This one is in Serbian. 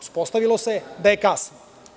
Ispostavilo se da je kasno.